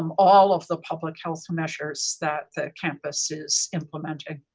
um all of the public health measures that the campus is implementing.